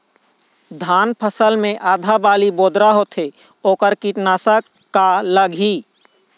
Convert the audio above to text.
धान फसल मे आधा बाली बोदरा होथे वोकर कीटनाशक का लागिही?